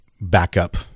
backup